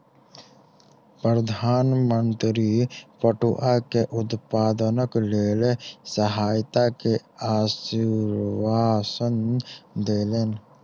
प्रधान मंत्री पटुआ के उत्पादनक लेल सहायता के आश्वासन देलैन